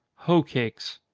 hoe cakes.